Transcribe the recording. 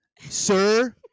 sir